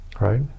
right